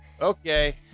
Okay